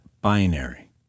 binary